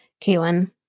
Kaylin